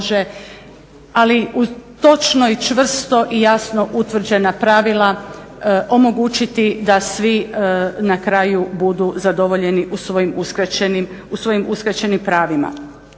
ali uz točno i čvrsto i jasno utvrđena pravila omogućiti da svi na kraju budu zadovoljeni u svojim uskraćenim pravima.